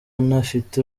ntafite